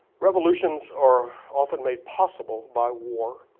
revolutions are often made possible by war.